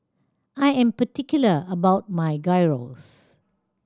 I am particular about my Gyros